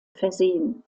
versehen